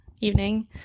evening